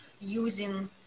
using